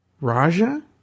Raja